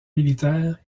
militaire